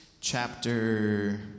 chapter